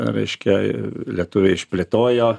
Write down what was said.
reiškia lietuviai išplėtojo